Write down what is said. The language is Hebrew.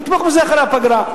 נתמוך בזה אחרי הפגרה,